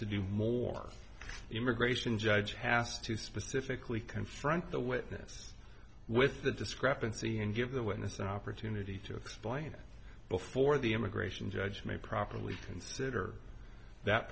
to do more immigration judge has to specifically confront the witness with the discrepancy and give the witness an opportunity to explain before the immigration judge may properly consider that